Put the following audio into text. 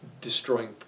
destroying